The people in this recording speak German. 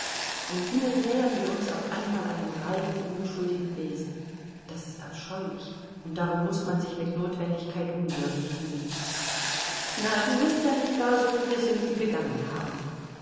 und nun nähern wir uns auf einmal einem reinen unschuldigen wesen das ist ab scheulich und darum muß man sich mit notwendigkeit unwürdig fühlen na du wirst ja nicht gar so viele sünden begangen haben